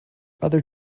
other